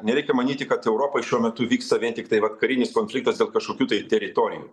nereikia manyti kad europoj šiuo metu vyksta vien tiktai vat karinis konfliktas dėl kažkokių tai teritorijų